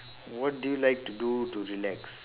what do you like to do to relax